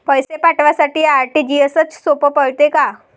पैसे पाठवासाठी आर.टी.जी.एसचं सोप पडते का?